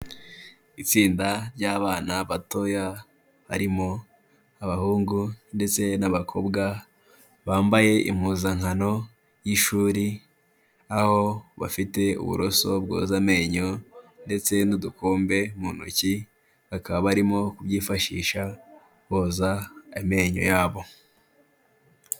Itsinda ry'abana batoya, barimo abahungu ndetse n'abakobwa, bambaye impuzankano y'ishuri, aho bafite uburoso bwoza amenyo ndetse n'udukombe mu ntoki, bakaba barimo kubyifashisha boza amenyo yabo.